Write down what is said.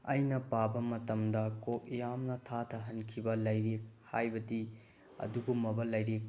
ꯑꯩꯅ ꯄꯥꯕ ꯃꯇꯝꯗ ꯀꯣꯛ ꯌꯥꯝꯅ ꯊꯥꯗꯍꯟꯈꯤꯕ ꯂꯥꯏꯔꯤꯛ ꯍꯥꯏꯕꯗꯤ ꯑꯗꯨꯒꯨꯝꯂꯕ ꯂꯥꯏꯔꯤꯛ